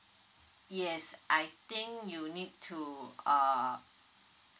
yes I think you need to uh